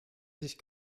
sich